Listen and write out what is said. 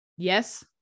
Yes